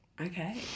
Okay